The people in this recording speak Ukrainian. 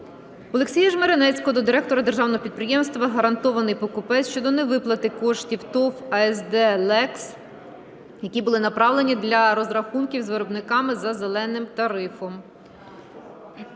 Олексія Жмеренецького до директора Державного підприємства "Гарантований покупець" щодо невиплати коштів ТОВ "АСД ЛЕКС", які були направлені для розрахунків з виробниками за "зеленим тарифом".